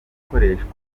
gukoreshwa